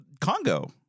Congo